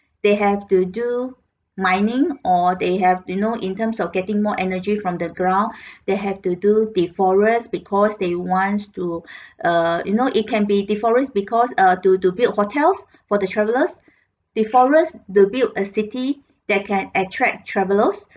they have to do mining or they have you know in terms of getting more energy from the ground they have to do the forests because they want to uh you know it can be deforest because err to to build hotels for the travellers deforest to build a city that can attract travellers